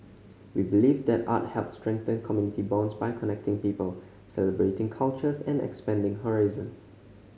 we believe that art helps strengthen community bonds by connecting people celebrating cultures and expanding horizons